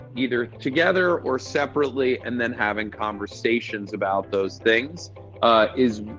either together or separately, and then having conversations about those things is,